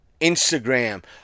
Instagram